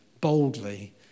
boldly